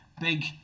big